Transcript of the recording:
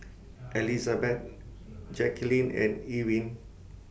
Elizabet Jacquelyn and Ewin